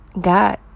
God